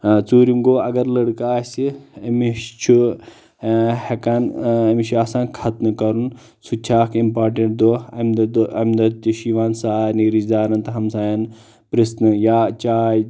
ژوٗرِم گوٚو اگر لڑکہٕ آسہِ أمِس چھُ ہٮ۪کان أمِس چھُ آسان خطنہٕ کرُن سُتہِ چھُ اکھ امپارٹنٹ دۄہ امۍ دۄہ امہِ دۄہ تہِ چھُ یِوان سارنٕے رشتہٕ دارن تہٕ ہمساین پرٕژھنہٕ یا چاے